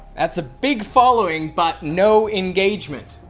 that's a big followings, but no engagement.